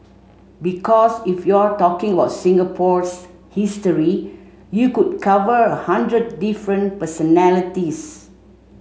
because if you're talking about Singapore's history you could cover a hundred different personalities